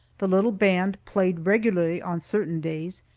the little band played regularly on certain days,